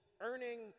earning